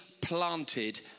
planted